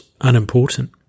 unimportant